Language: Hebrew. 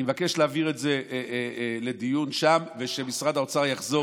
אני אבקש להעביר את זה לדיון שם ושמשרד האוצר יחזור